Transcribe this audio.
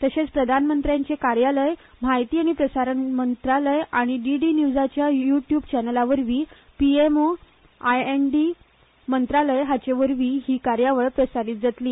तशेच प्रधानमंत्र्यांचे कार्यालय म्हायती आनी प्रसारण मंत्रालय आनी डीडी न्युजाच्या युट्युब चॅनलावरवी P M O I and B मंत्रालय हाचेवरवीय ही कार्यावळ प्रसारित जातली